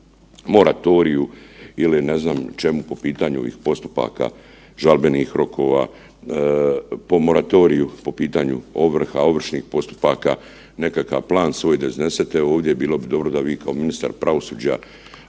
o moratoriju ili ne znam čemu po pitanju postupaka žalbenih rokova, po moratoriju, po pitanju ovrha, ovršnih postupka nekakav plan da iznesete ovdje. Bilo bi dobro da vi kao ministar pravosuđa